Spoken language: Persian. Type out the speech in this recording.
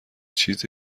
چیز